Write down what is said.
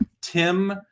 Tim